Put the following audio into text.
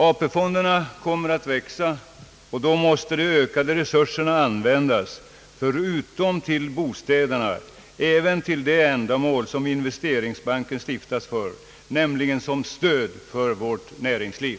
AP-fonderna kommer att växa, och då måste de ökade resurserna användas förutom till bostäder även till de ändamål som investeringsbanken stiftas för, nämligen såsom stöd för vårt näringsliv.